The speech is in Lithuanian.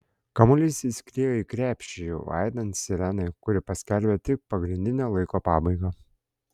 kamuolys įskriejo į krepšį jau aidint sirenai kuri paskelbė tik pagrindinio laiko pabaigą